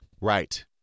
right